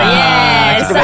yes